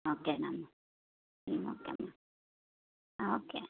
ఓకేనమ్మ ఓకేమ్మ ఓకే